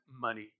money